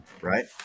Right